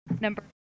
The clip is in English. Number